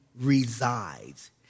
resides